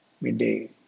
midday